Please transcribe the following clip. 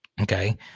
Okay